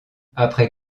après